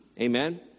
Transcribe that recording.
Amen